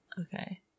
Okay